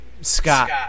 Scott